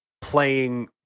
playing